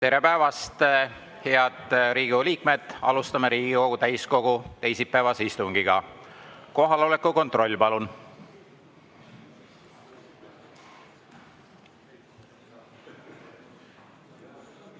Tere päevast, head Riigikogu liikmed! Alustame Riigikogu täiskogu teisipäevast istungit. Kohaloleku kontroll, palun!